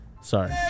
Sorry